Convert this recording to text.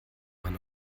man